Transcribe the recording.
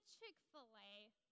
Chick-fil-A